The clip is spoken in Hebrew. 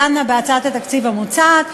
דנה בהצעת התקציב המוצעת,